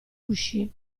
uscì